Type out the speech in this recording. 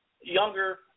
younger